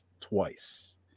twice